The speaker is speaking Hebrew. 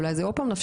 הקשבתי